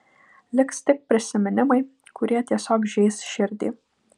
liks tik prisiminimai kurie tiesiog žeis širdį